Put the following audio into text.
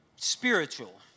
Spiritual